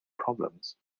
problems